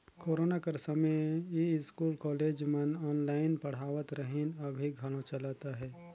corona कर समें school, college मन ऑनलाईन पढ़ावत रहिन, अभीं घलो चलत अहे